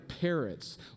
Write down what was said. parrots